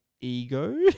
ego